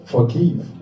Forgive